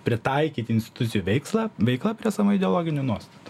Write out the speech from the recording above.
pritaikyti institucijų veikslą veiklą prie savo ideologinių nuostatų